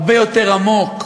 הרבה יותר עמוק.